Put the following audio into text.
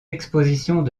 expositions